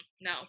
no